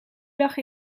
lag